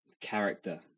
character